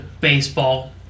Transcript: baseball